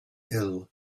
ill